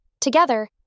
Together